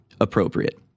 appropriate